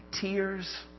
tears